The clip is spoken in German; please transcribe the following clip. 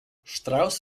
strauss